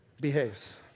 behaves